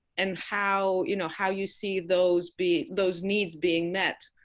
and how you know how you see those be those needs being met.